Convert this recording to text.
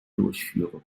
durchführen